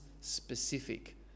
specific